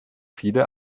viele